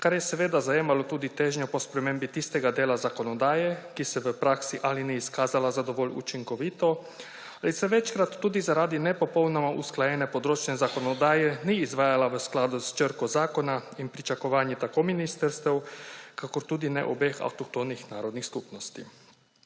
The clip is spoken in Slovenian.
kar je seveda zajemalo tudi težnjo po spremembi tistega dela zakonodaje, ki se v praksi ali ni izkazala za dovolj učinkovito ali se večkrat tudi zaradi ne popolnoma usklajene področne zakonodaje ni izvajala v skladu s črko zakona in pričakovanjem tako ministrstev kakor tudi ne obeh avtohtonih narodnih skupnosti.